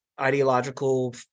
ideological